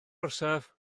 orsaf